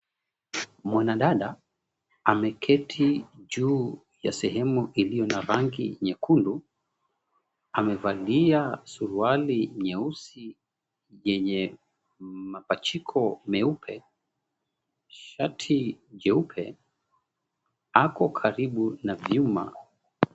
Mwanadada ameketi juu ya sehemu iliyo na rangi nyekundu, amevalia suruali nyeusi yenye mapachiko meupe, shati jeupe. Ako karibu na vyuma.